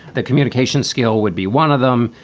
the communication skill would be one of them.